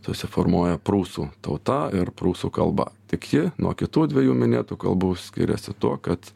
susiformuoja prūsų tauta ir prūsų kalba tik ji nuo kitų dviejų minėtų kalbų skiriasi tuo kad